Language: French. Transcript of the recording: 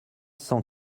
cent